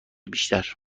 بیشتر